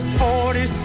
forty